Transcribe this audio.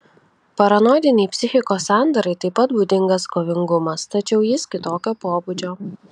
paranoidinei psichikos sandarai taip pat būdingas kovingumas tačiau jis kitokio pobūdžio